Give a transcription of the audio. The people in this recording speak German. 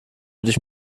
dich